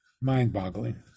Mind-boggling